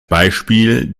beispiel